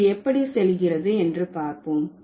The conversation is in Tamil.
இது எப்படி செல்கிறது என்று பார்ப்போம்